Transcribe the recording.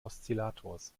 oszillators